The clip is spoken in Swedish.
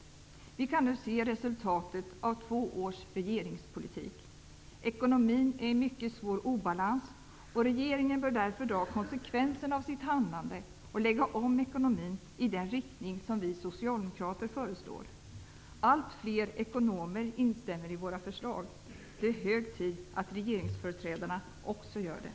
Vi kan nu se resultatet av två års regeringspolitik. Ekonomin är i en mycket svår obalans, och regeringen bör därför dra konsekvenserna av sitt handlande och lägga om ekonomin i den riktning som vi socialdemokrater föreslår. Allt fler ekonomer instämmer i våra förslag. Det är hög tid att även regeringsföreträdarna gör det.